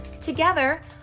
Together